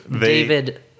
David